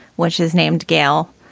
which is named gale.